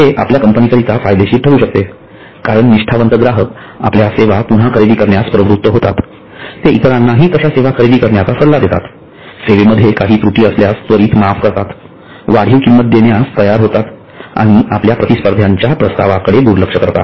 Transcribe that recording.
हे आपल्या कंपनी करिता फायदेशीर ठरू शकते कारण निष्ठावंत ग्राहक आपल्या सेवा पुन्हा खरेदी करण्यास प्रवृत्त होतात ते इतरांनाहि तश्याच सेवा खरेदी करण्याचा सल्ला देतात सेवे मध्ये काही त्रुटी असल्यास त्वरीत माफ करतात वाढीव किंमत देण्यास तयार होतात आणि आपल्या प्रतिस्पर्ध्याच्या प्रस्तावाकडे दुर्लक्ष करतात